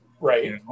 Right